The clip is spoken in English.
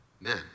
men